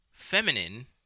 Feminine